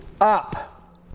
up